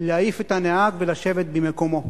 להעיף את הנהג ולשבת במקומו.